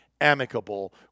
amicable